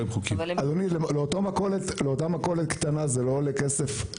אדוני, לאותה מכולת קטנה זה לא עולה כסף